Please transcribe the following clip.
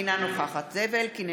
אינה נוכחת זאב אלקין,